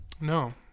No